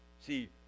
See